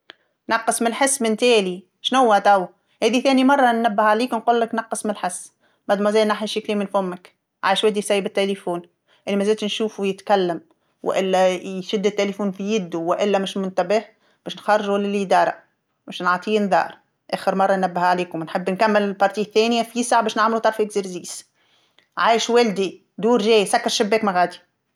نقص من الحس من التالي، شنوا توا، هادي تاني مرة نبه عليك نقولك نقص من الحس، آنسة نحي الشيكلي من فمك، عاشودي صايب التليفون، اللي مازلت نشوفو يتكلم وإلا ي- يشد التليفون في يدو وإلا مش منتبه، باش نخرجو للإداره، باش نعطي إنذار، آخر مره نبه عليكم، نحب نكمل الجزء الثانيه في الساع باش نعملو طرف تمرين، عايش ولدي دور سكر الشباك من غادي.